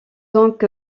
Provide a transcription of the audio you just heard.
donc